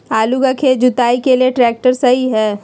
आलू का खेत जुताई के लिए ट्रैक्टर सही है?